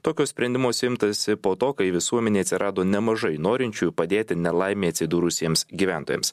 tokio sprendimosi imtasi po to kai visuomenėj atsirado nemažai norinčiųjų padėti nelaimėje atsidūrusiems gyventojams